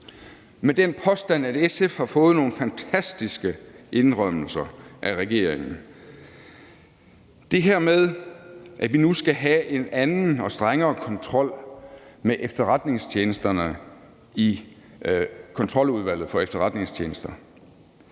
og påstanden er, at SF har fået nogle fantastiske indrømmelser af regeringen, altså det her med, at vi nu skal have en anden og strengere kontrol med efterretningstjenesterne i kontroludvalget, Udvalget vedrørende Efterretningstjenesterne.